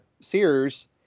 Sears